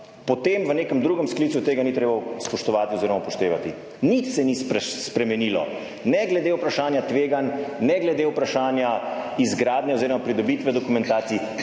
potem v nekem drugem sklicu tega ni treba spoštovati oziroma upoštevati. Nič se ni spremenilo ne glede vprašanja tveganj, ne glede vprašanja izgradnje oziroma pridobitve dokumentacije,